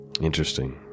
Interesting